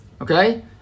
Okay